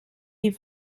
die